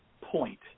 point